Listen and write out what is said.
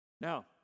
Now